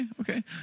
okay